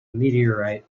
meteorite